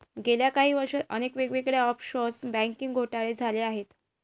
गेल्या काही वर्षांत अनेक वेगवेगळे ऑफशोअर बँकिंग घोटाळे झाले आहेत